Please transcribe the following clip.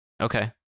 okay